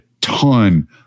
ton